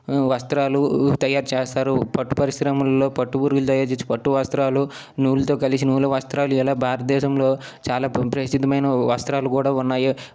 వస్త్రాలు తయారు చేస్తారు పట్టు పరిశ్రమల్లో పట్టు పురుగులు తయ్యారు చేసే పట్టు వస్త్రాలు నూలుతో కలిసి నూలు వస్త్రాలు ఇలా భారతదేశంలో చాలా ప్ర ప్రసిద్ధమైన వస్త్రాలు కూడా ఉన్నాయి